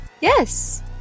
Yes